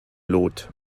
lot